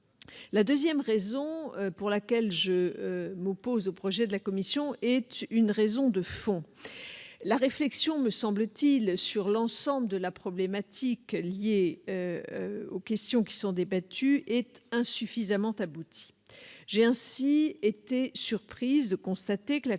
La deuxième raison pour laquelle je m'oppose au texte de la commission est une raison de fond. La réflexion sur l'ensemble de la problématique liée aux questions qui sont débattues est, me semble-t-il, insuffisamment aboutie. J'ai ainsi été surprise de constater que la